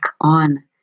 on